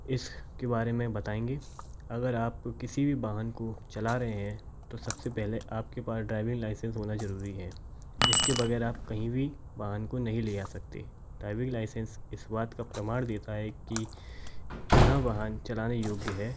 इस के बारे में बताएंगे अगर आप किसी भी वाहन को चला रहे हैं तो सब से पहले आप के पास ड्राइविंग लाइसेंस होना ज़रूरी है इसके बग़ैर आप कहीं भी वाहन को नहीं ले जा सकते ड्राइविंग लाइसेंस इस बात का प्रमाण देता हैं कि यह वाहन चलाने योग्य है